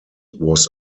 was